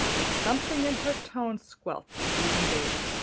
but something in her tone squelched even davy.